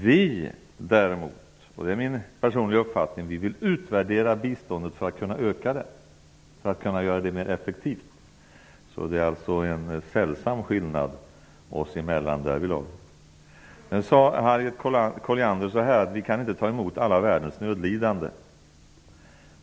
Vi däremot, och det är min personliga uppfattning, vill utvärdera biståndet för att kunna öka det och göra det mer effektivt. Det är en sällsam skillnad oss emellan därvidlag. Harriet Colliander sade att vi i Sverige inte kan ta emot alla världens nödlidande.